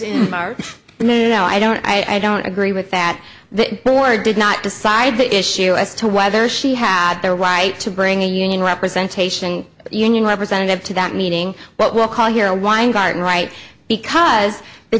no i don't i don't agree with that that board did not decide the issue as to whether she had the right to bring a union representation union representative to that meeting but will call here weingarten right because the